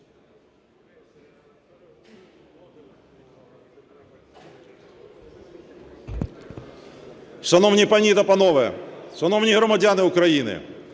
Шановні пані та панове! Шановні громадяни України!